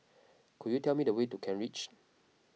could you tell me the way to Kent Ridge